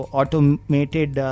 automated